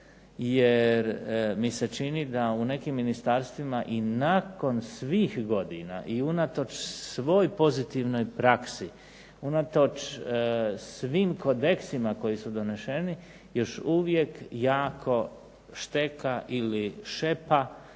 jer mi se čini da u nekim ministarstvima i nakon svih godina i unatoč svoj pozitivnoj praksi, unatoč svim kodeksima koji su donešeni još uvijek jako šteka ili šepa